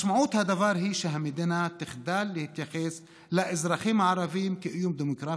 משמעות הדבר היא שהמדינה תחדל להתייחס לאזרחיה הערבים כאיום דמוגרפי,